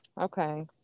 okay